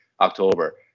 October